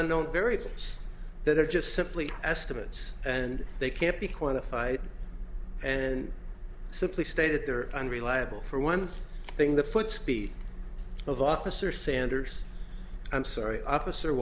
unknown variables that are just simply estimates and they can't be quantified and simply stated they're unreliable for one thing the footspeed of officer sanders i'm sorry officer